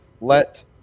let